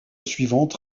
suivante